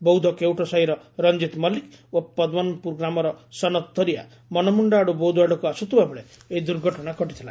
ବୌଦ୍ଧ କେଉଟ ସାହିର ରଞ୍ତିତ ମଲିକ ଓ ପଦ୍କନପୁର ଗ୍ରାମର ସନତ ତରିଆ ମନମୁଖା ଆଡୁ ବୌଦ୍ଧ ଆଡକୁ ଆସୁଥିବା ବେଳେ ଏହି ଦୁର୍ଘଟଣା ଘଟିଥିଲା